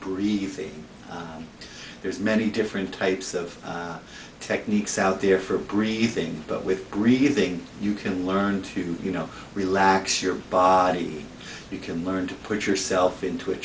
breathing there's many different types of techniques out there for a green thing but with breathing you can learn to you know relax your body you can learn to put yourself into a